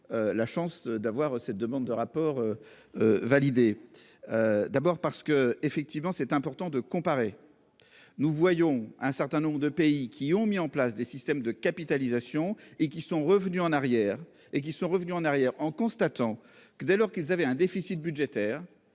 La chance d'avoir cette demande de rapport. Validé. D'abord parce que effectivement c'est important de comparer. Nous voyons un certain nombre de pays qui ont mis en place des systèmes de capitalisation et qui sont revenus en arrière et qui sont revenus en arrière en constatant que dès lors qu'ils avaient un déficit budgétaire